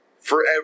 Forever